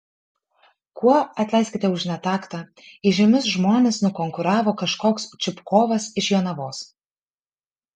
kuo atleiskite už netaktą įžymius žmones nukonkuravo kažkoks čupkovas iš jonavos